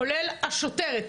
כולל השוטרת,